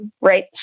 right